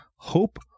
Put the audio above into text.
Hope